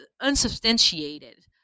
unsubstantiated